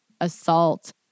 assault